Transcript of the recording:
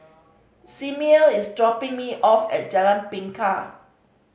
Simmie is dropping me off at Jalan Bingka